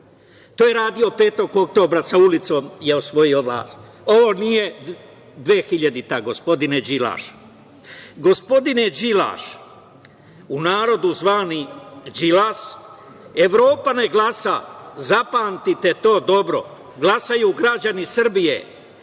To je radio 5. oktobra, sa ulicom je osvojio vlast. Ovo nije 2000. godina, gospodine "Đilaš".Gospodine Đilaš, u narodu zvani Đilas, Evropa ne glasa. Zapamtite to dobro. Glasaju građani Srbije